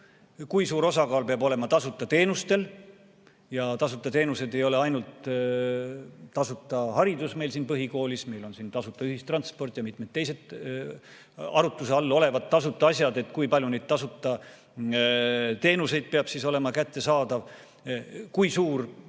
Kui suur osakaal peab olema tasuta teenustel – ja tasuta teenused ei ole ainult tasuta haridus põhikoolis, meil on tasuta ühistransport ja mitmed teised arutluse all olevad tasuta asjad –, et kui palju neid tasuta teenuseid peab olema kättesaadav. Kui suur